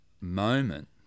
moment